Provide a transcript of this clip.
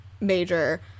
major